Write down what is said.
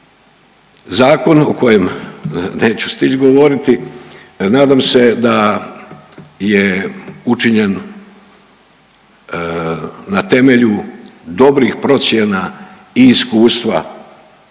Zakon o kojem neću stići govoriti nadam se da je učinjen na temelju dobrih procjena i iskustva kojega